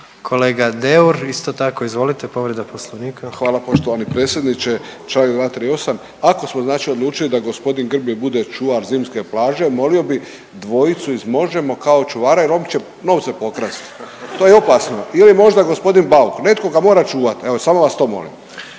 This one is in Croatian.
Kolega Deur, isto tako, izvolite, povreda Poslovnika. **Deur, Ante (HDZ)** Hvala poštovani predsjedniče. Čl. 238. Ako smo znači odlučili da g. Grbin bude čuvar zimske plaže, molio bih dvojicu iz Možemo! kao čuvara jer oni će novce pokrasti, to je opasno ili možda g. Bauk, netko ga mora čuvati, evo, samo vas to molim.